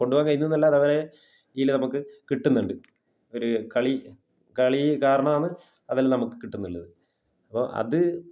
കൊണ്ടു പോവാന് കഴിയുന്നത് എന്നല്ല അതങ്ങനെ ഇതിൽ നമുക്ക് കിട്ടുന്നുണ്ട് ഒരു കളി കളി കാരണമാണ് അതെല്ലാം നമുക്ക് കിട്ടും എന്നുള്ളത് അപ്പോൾ അത്